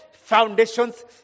Foundations